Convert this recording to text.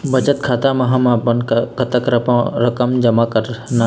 बचत खाता म हमन ला कतक रकम जमा करना हे?